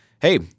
hey